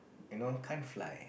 you know can't fly